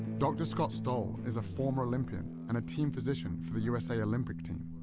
dr. scott stoll is a former olympian and a team physician for the usa olympic team.